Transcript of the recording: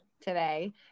Today